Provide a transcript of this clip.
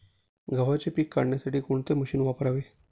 गव्हाचे पीक काढण्यासाठी कोणते मशीन वापरावे?